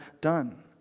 done